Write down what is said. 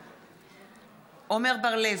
בעד עמר בר-לב,